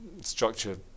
structure